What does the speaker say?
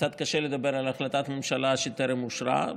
קצת קשה לדבר על החלטת ממשלה שטרם אושרה.